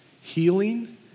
healing